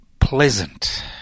pleasant